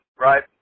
right